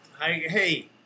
Hey